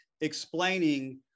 explaining